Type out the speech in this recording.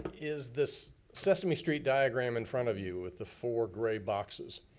is this sesame street diagram in front of you, with the four gray boxes.